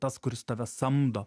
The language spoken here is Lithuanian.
tas kuris tave samdo